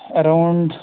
around